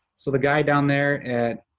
so the guy down there at,